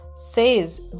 says